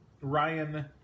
Ryan